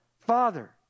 Father